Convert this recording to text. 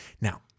Now